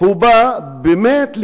בא באמת לכרסם,